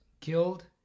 killed